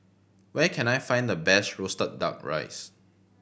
where can I find the best roasted Duck Rice